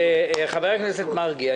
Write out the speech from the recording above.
חבר הכנסת מרגי,